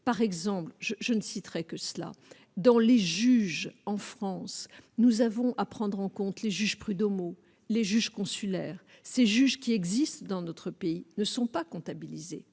par exemple je je ne citerai que cela dans les juges en France, nous avons à prendre en compte les juges prud'homaux les juges consulaires, ces juges qui existent dans notre pays ne sont pas comptabilisés